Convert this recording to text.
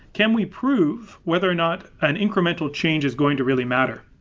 can we prove whether or not an incremental change is going to really matter?